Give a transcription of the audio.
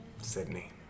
Sydney